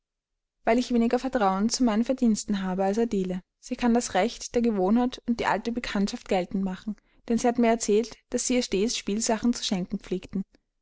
weil ich weniger vertrauen zu meinen verdiensten habe als adele sie kann das recht der gewohnheit und die alte bekanntschaft geltend machen denn sie hat mir erzählt daß sie ihr stets spielsachen zu schenken pflegten